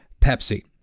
Pepsi